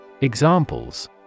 Examples